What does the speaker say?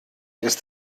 ist